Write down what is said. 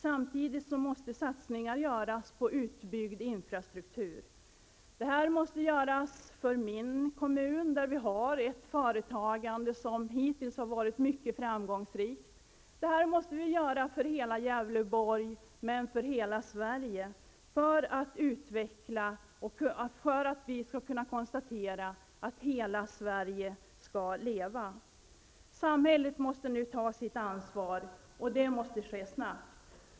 Samtidigt måste satsningar göras på en utbyggd infrastruktur. Detta måste göras i min kommun, där vi har ett företagande som hittills har varit mycket framgångsrikt. Detta måste vi göra för hela Gävleborg och därmed för hela Sverige, för att vi skall kunna konstatera att hela Sverige skall leva. Samhället måste nu ta sitt ansvar, och det måste ske snabbt.